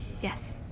Yes